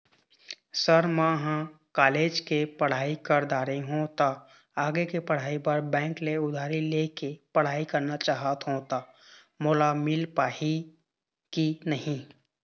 Sir म ह college के पढ़ाई कर दारें हों ता आगे के पढ़ाई बर बैंक ले उधारी ले के पढ़ाई करना चाहत हों ता मोला मील पाही की नहीं?